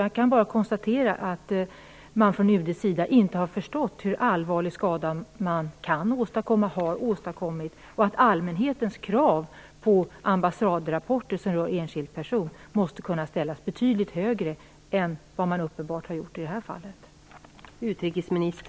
Jag kan bara konstatera att man från UD:s sida inte har förstått hur allvarlig skada man kan åstadkomma och har åstadkommit. Allmänhetens krav på ambassadrapporter som rör enskild person måste kunna ställas betydligt högre än man uppenbart har gjort i det här fallet.